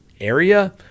area